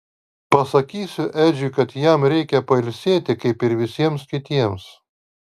pasakysiu edžiui kad jam reikia pailsėti kaip ir visiems kitiems